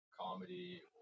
comedy